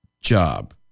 job